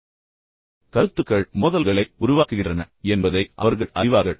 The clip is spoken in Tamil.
அது நபர் அல்ல ஆனால் கருத்துக்கள் மோதல்களை உருவாக்குகின்றன என்பதை அவர்கள் அறிவார்கள்